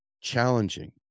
challenging